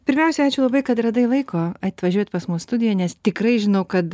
pirmiausia ačiū labai kad radai laiko atvažiuot pas mus studiją nes tikrai žinau kad